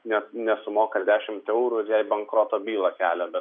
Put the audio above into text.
ne nesumoka dešimt eurų ir jai bankroto bylą kelia bet